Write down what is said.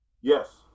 Yes